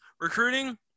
Recruiting